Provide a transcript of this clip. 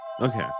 Okay